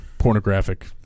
Pornographic